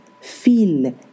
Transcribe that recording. feel